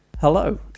Hello